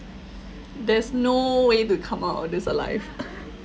there's no way to come out of this alive